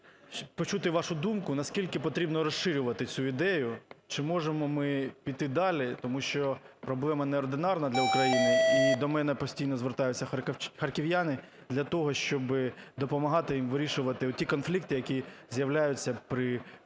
почути вашу думку, наскільки потрібно розширювати цю ідею чи можемо ми піти далі? Тому що проблема не ординарна для України і до мене постійно звертаються харків'яни для того, щоб допомагати їм вирішувати ті конфлікти, які з'являються при вирішенні